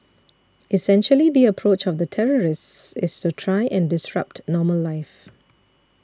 essentially the approach of the terrorists is to try and disrupt normal life